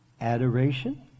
Adoration